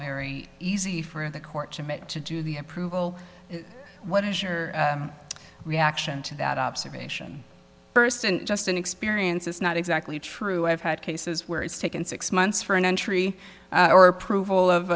very easy for the court to make to do the approval what is your reaction to that observation first and just an experience it's not exactly true i've had cases where it's taken six months for an entry or approval of